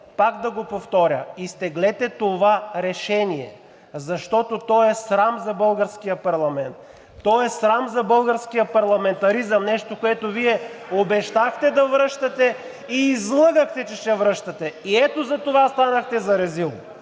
Пак да го повторя – изтеглете това решение, защото то е срам за българския парламент, то е срам за българския парламентаризъм – нещо, което Вие обещахте да връщате и излъгахте, че ще връщате, и ето затова станахте за резил!